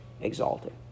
exalted